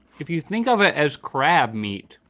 if you think of it as crab meat,